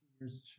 years